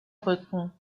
rücken